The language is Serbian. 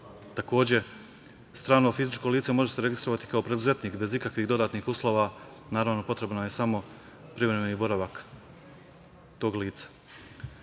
Takođe, strano fizičko lice može se registrovati kao preduzetnik bez ikakvih dodatnih uslova, naravno, potreban je samo privremeni boravak tog lica. Neka